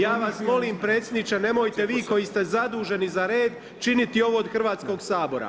Ja vas molim predsjedniče, nemojte vi koji ste zaduženi za red, činiti ovo od Hrvatskog sabora.